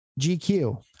GQ